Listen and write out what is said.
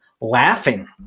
Laughing